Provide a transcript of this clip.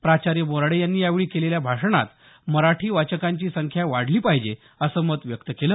प्राचार्य बोराडे यांनी यावेळी केलेल्या भाषणात मराठी वाचकांची संख्या वाढली पाहिजे असं मत व्यक्त केलं